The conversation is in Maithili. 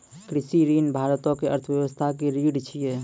कृषि ऋण भारतो के अर्थव्यवस्था के रीढ़ छै